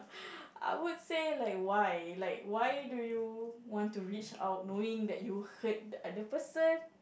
I would say like why like why do you want to reach out knowing that you hurt the other person